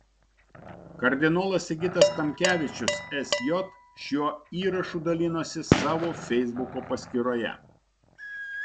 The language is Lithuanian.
kardinolas sigitas tamkevičius sj šiuo įrašu dalinosi savo feisbuko paskyroje